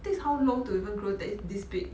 takes how long to even grow the this big